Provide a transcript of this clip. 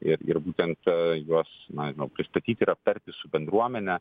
ir ir būtent juos na nežinau pristatyti ir aptarti su bendruomene